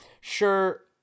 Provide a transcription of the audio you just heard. Sure